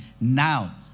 Now